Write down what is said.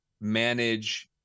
manage